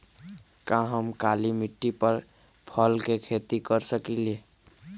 का हम काली मिट्टी पर फल के खेती कर सकिले?